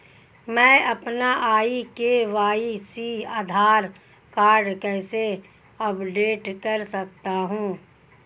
मैं अपना e KYC Aadhaar card कैसे अपडेट कर सकता हूँ?